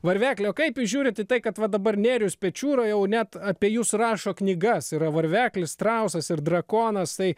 varvekli o kaip žiūrit į tai kad va dabar nėrius pečiūra jau net apie jus rašo knygas yra varveklis strausas ir drakonas tai